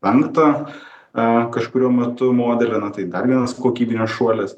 penktą a kažkuriuo metu modelį tai dar vienas kokybinis šuolis